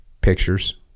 pictures